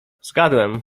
zgadłem